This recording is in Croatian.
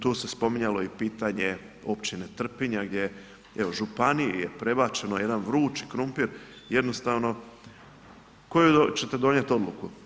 Tu se spominjao i pitanje općine Trpinja gdje je, evo županiji je prebačeno jedan vrući krumpir, jednostavno koju ćete donijeti odluku?